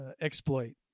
exploit